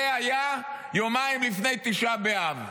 זה היה יומיים לפני תשעה באב,